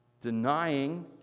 denying